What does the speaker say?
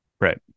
Right